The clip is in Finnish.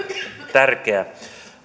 tärkeä